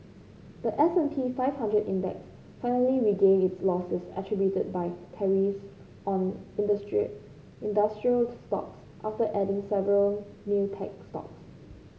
the S and P five hundred Index finally regained its losses attributed by tariffs on industrial stocks after adding several new tech stocks